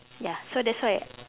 ya so that's why